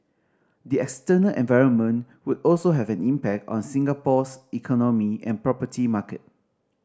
the external environment would also have an impact on Singapore's economy and property market